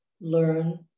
learn